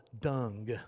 dung